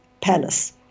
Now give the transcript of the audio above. palace